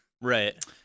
Right